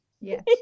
yes